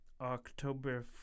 october